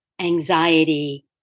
anxiety